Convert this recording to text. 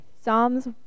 Psalms